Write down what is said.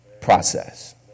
process